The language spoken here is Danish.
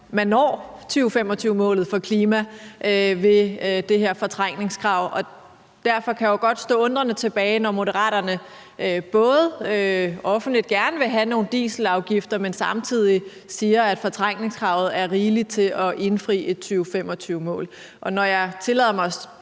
at man når 2025-målet for klimaet i kraft af det her fortrængningskrav. Derfor kan jeg jo godt stå undrende tilbage, når Moderaterne både siger, at man gerne vil have nogle dieselafgifter, men samtidig siger, at fortrængningskravet er rigeligt til at indfri et 2025-mål. Og når jeg tillader mig